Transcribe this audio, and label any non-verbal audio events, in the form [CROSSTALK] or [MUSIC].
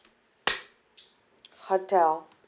[NOISE] hotel